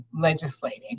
legislating